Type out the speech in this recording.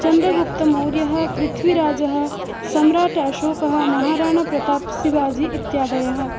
चन्द्रगुप्तमौर्यः पृथ्वीराजः सम्राट् अशोकः महाराणाप्रतापः शिवाजी इत्यादयः